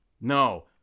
No